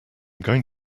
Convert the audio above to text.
going